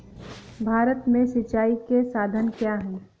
भारत में सिंचाई के साधन क्या है?